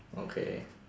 okay